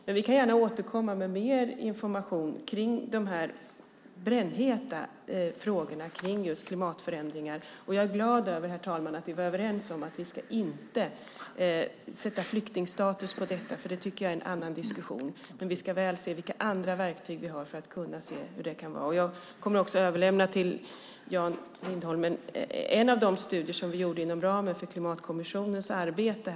Men vi kan gärna återkomma med mer information kring de här brännheta frågorna om just klimatförändringar. Jag är glad, herr talman, över att vi var överens om att vi inte ska sätta flyktingstatus på detta, för det tycker jag är en annan diskussion. Men vi ska se vilka andra verktyg vi har. Till Jan Lindholm kommer jag också att överlämna en av de studier som vi gjorde inom ramen för klimatkommissionens arbete.